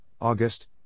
August